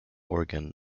organ